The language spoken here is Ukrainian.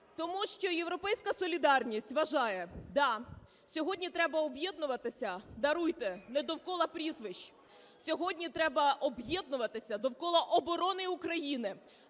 Тому що "Європейська солідарність" вважає, да, сьогодні треба об'єднуватися, даруйте, не довкола прізвищ, сьогодні треба об'єднуватись довкола оборони України.